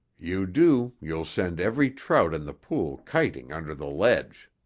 you do, you'll send every trout in the pool kiting under the ledge.